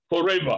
forever